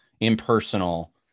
impersonal